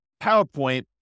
PowerPoint